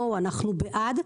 אנחנו בעד,